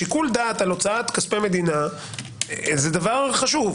שיקול דעת על הוצאת כספי מדינה זה חשוב.